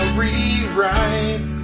rewrite